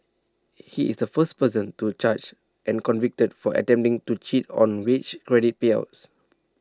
he is the first person to charged and convicted for attempting to cheat on wage credit payouts